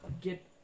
get